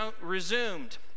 resumed